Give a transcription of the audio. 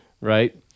right